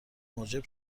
موجب